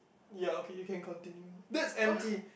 ya okay you can continue that's empty